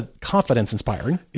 confidence-inspiring